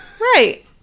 Right